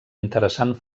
interessant